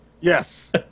Yes